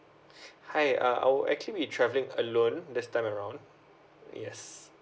hi uh I will actually be traveling alone there's time around yes